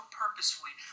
purposefully